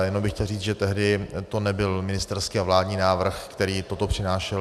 Jenom bych chtěl říct, že tehdy to nebyl ministerský a vládní návrh, který toto přinášel.